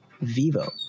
vivo